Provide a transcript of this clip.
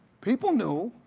people knew.